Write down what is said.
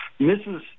Mrs